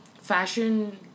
fashion